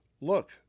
look